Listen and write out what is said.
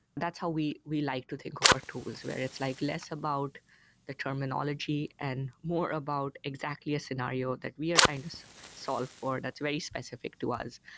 that's how we we like to think of our tools, where it's like less about the terminology and more about exactly a scenario that we are trying to solve for that's very specific to us.